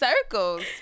circles